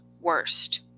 worst